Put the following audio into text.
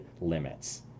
limits